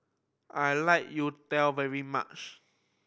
I like youtiao very much